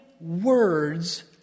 words